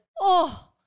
oh-